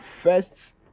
first